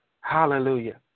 Hallelujah